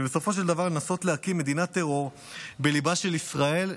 ובסופו של דבר לנסות להקים מדינת טרור בליבה של ישראל,